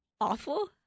awful